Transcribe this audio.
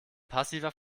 passiver